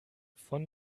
von